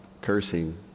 cursing